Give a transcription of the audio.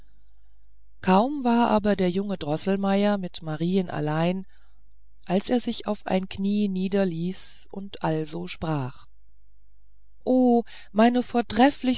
kaum war aber der junge droßelmeier mit marien allein als er sich auf ein knie niederließ und also sprach o meine